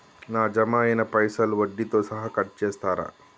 నా జమ అయినా పైసల్ వడ్డీతో సహా కట్ చేస్తరా?